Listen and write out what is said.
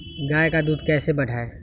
गाय का दूध कैसे बढ़ाये?